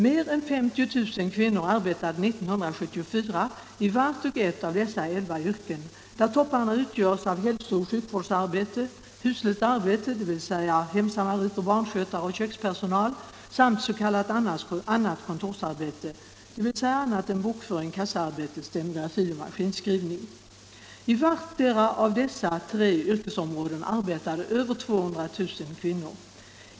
Mer än 50 000 kvinnor arbetade 1974 i vart och ett av dessa elva yrken där topparna utgörs av hälsooch sjukvårdsarbete, husligt arbete, hemsamariter, barnskötare och kökspersonal samt s.k. annat kontorsarbete, dvs. annat än bokföring, kassaarbete, stenografi och maskinskrivning. I vartdera av dessa tre yrkesområden arbetade över 200 000 kvinnor.